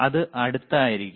അത് അടുത്തായിരിക്കും